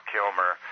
Kilmer